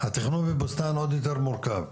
התכנון שם הוא עוד יותר מורכב.